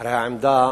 הרי העמדה,